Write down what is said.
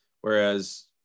Whereas